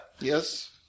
Yes